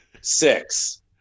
Six